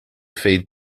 fade